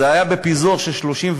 זה היה בפיזור של 34